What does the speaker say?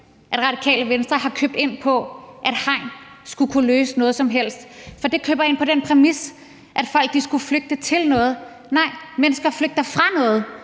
at Radikale Venstre har købt ind på, at hegn skulle kunne løse noget som helst. For de køber ind på den præmis, at folk skulle flygte til noget. Nej, mennesker flygter fra noget;